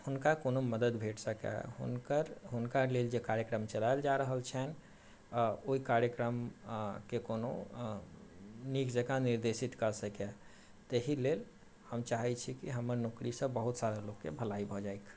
हुनका कोनो मदद भेट सकै हुनकर हुनका लेल जे कार्यक्रम चलाओल जा रहल छनि अऽ ओहि कार्यक्रम अऽ के कोनो अऽ नीक जेकाॅं निर्देशित कऽ सकै ताहि लेल हम चाहै छी कि हमर नौकरी से बहुत सारा लोक के भलाइ भऽ जाइक